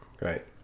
Right